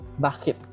bakit